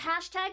hashtag